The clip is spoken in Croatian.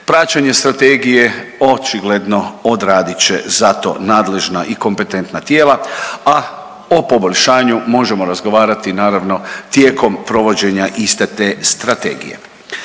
Praćenje strategije očigledno odradit će za to nadležna i kompetentna tijela, a o poboljšanju možemo razgovarati naravno tijekom provođenja iste te strategije.